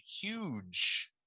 huge